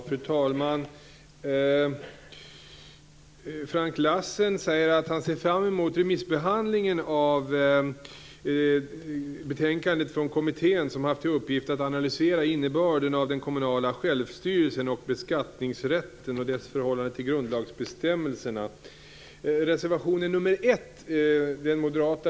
Fru talman! Frank Lassen säger att han ser fram emot remissbehandlingen av betänkandet från kommittén som har haft till uppgift att analysera innebörden av den kommunala självstyrelsen och beskattningsrätten och dess förhållande till grundlagsbestämmelserna.